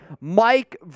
Mike